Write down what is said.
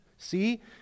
See